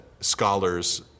scholars